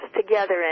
together